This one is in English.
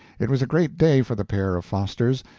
it was a great day for the pair of fosters.